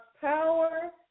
power